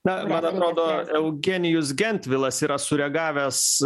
na man atrodo eugenijus gentvilas yra sureagavęs